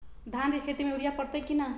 धान के खेती में यूरिया परतइ कि न?